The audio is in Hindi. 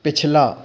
पिछला